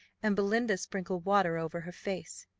and belinda sprinkled water over her face.